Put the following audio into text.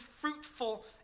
fruitful